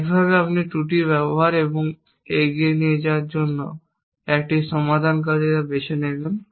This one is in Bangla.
একইভাবে আপনি ত্রুটির ব্যবহার এবং এগিয়ে নিয়ে যাওয়ার জন্য একটি সমাধানকারী বেছে নেবেন